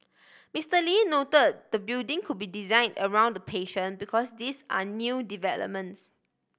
Mister Lee note the building could be design around the patient because these are new developments